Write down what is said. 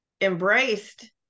Embraced